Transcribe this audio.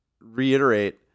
reiterate